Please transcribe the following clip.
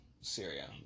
Syria